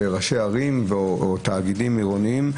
ראשי ערים או תאגידים עירוניים,